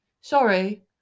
Sorry